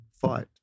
fight